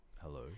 Hello